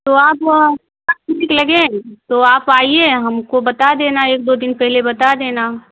तो आप निकलेंगे तो आप आइये हमको बता देना एक दो दिन पहले बता देना